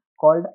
called